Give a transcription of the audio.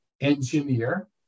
engineer